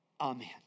Amen